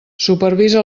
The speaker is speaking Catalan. supervisa